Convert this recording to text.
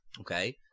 Okay